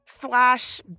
slash